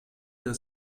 der